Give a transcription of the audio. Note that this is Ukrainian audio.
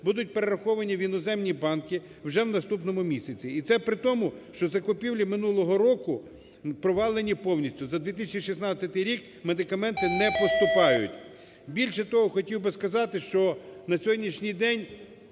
будуть перераховані в іноземні банки вже в наступному місяці. І це при тому, що закупівлі минулого року провалені повністю. За 2016 рік медикаменти не поступають. Більше того, хотів би сказати, що на сьогоднішній день